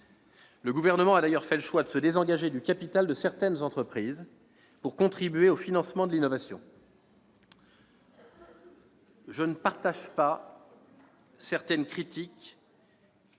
Le Gouvernement a d'ailleurs fait le choix de se désengager du capital de certaines entreprises pour contribuer au financement de l'innovation. Je ne partage pas un certain nombre de critiques